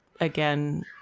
again